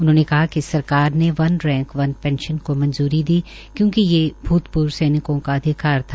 उन्होंने कहा कि सरकार ने वन रैंक वन पेंशन को मंजूरी दी क्योंकि ये भूतपूर्व सैनिकों का अधिकार था